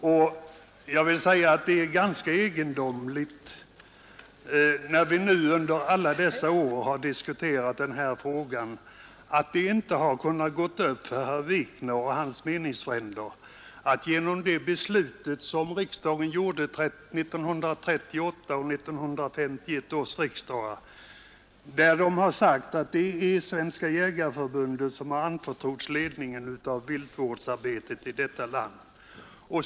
När vi nu under alla år har diskuterat den här frågan är det ganska egendomligt att det inte har kunnat gå upp för herr Wikner och hans meningsfränder att genom de beslut som fattades vid 1938 och 1951 års riksdagar har Svenska jägareförbundet anförtrotts ledningen av viltvårdsarbetet i detta land.